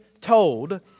told